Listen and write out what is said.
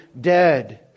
dead